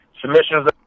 submissions